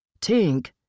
Tink